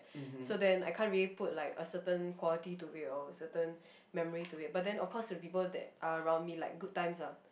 so then I can't really put like a certain quality to it or a certain memory to it but then of cause the people that are around me are like good times ah